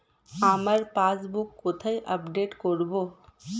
আমার পাসবুক কোথায় আপডেট করব?